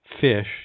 fish